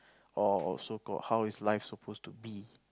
or so called how is life suppose to be